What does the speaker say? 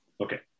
Okay